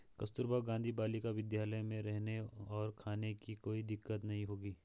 कस्तूरबा गांधी बालिका विद्यालय में रहने और खाने की कोई दिक्कत नहीं होगी